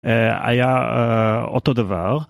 היה אותו דבר.